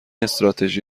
استراتژی